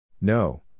No